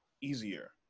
easier